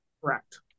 correct